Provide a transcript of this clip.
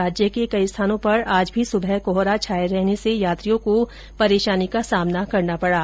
राज्य के कई स्थानों पर आज भी सुबह कोहरा छाये रहने से यात्रियों को परेशानी का सामना करना पडा